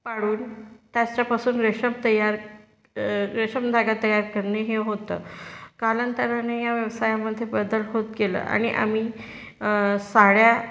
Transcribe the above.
पाडून त्याच्यापासून रेशीम तयार रेशीम धागा तयार करणे हे होतं कालांतराने या व्यवसायामध्ये बदल होत गेला आणि आम्ही साड्या